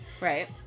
Right